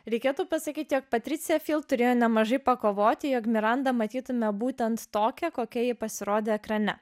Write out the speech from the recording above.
reikėtų pasakyti jog patricija turėjo nemažai pakovoti jog miranda matytumėme būtent tokią kokia ji pasirodė ekrane